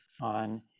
on